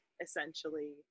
essentially